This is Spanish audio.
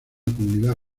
comunidad